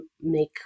make